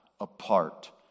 Apart